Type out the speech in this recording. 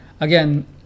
Again